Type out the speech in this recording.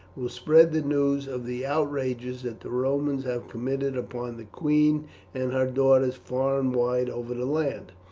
will spread the news of the outrages that the romans have committed upon the queen and her daughters far and wide over the land.